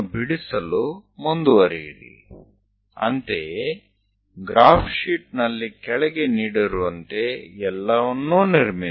એ જ રીતે પૂરી રીતે આલેખ કાગળ પર રચો